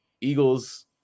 Eagles